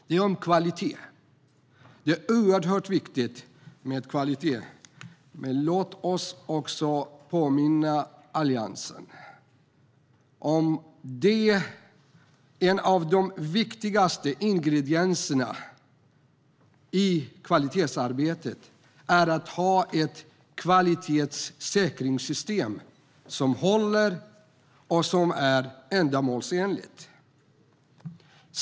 Den handlar om kvalitet. Det är oerhört viktigt med kvalitet, men låt oss också påminna Alliansen om att en av de viktigaste ingredienserna i kvalitetsarbetet är att ha ett kvalitetssäkringssystem som håller och är ändamålsenligt.